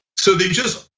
so they just,